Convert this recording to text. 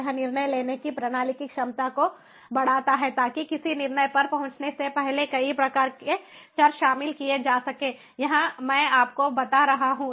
यह निर्णय लेने की प्रणाली की क्षमता को बढ़ाता है ताकि किसी निर्णय पर पहुंचने से पहले कई प्रकार के चर शामिल किए जा सकें यह मैं आपको बता रहा हूं